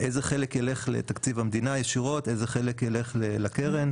איזה חלק ילך ישירות לתקציב המדינה ואיזה חלק ילך לקרן.